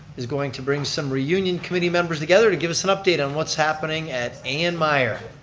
is going to bring some reunion committee members together to give us an update on what's happening at an myer.